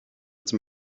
zum